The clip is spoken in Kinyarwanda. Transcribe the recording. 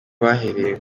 bahereye